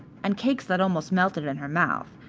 and cakes that almost melted in her mouth,